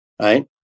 right